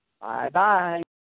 Bye-bye